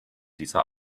dieser